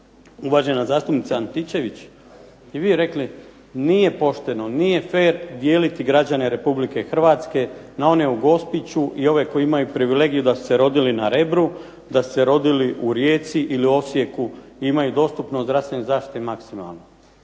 uvažena zastupnica Antičević i vi rekli, nije pošteno, nije fer dijeliti građane Republike Hrvatske na one u Gospiću i one koji su imali prilike negdje da su se rodili na Rebru, da su se rodili u Rijeci ili Osijeku imaju dostupnost zdravstvene zaštite maksimalno.